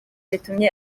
ritumye